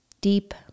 Deep